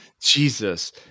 Jesus